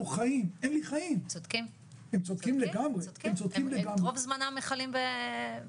הם שולחים שוטרים לזירה ומיד צוות מוקפץ אליי,